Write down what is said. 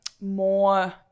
more